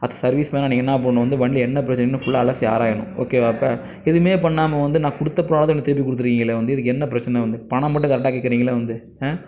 as a சர்வீஸ்மேனாக என்ன பண்ணணும் வண்டியில் என்ன பிரச்சனைனு ஃபுல்லாக அலசி ஆராயணும் ஓகேவா இப்போ எதுவுமே பண்ணாமல் வந்து நான் கொடுத்த ப்ராப்ளத்தோடு என்ட்ட திருப்பி கொடுத்துருக்கீங்களே வந்து இதுக்கு என்ன பிரச்சனை வந்து பணம் மட்டும் கரெக்டாக கேக்கறீங்கள வந்து